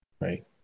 Right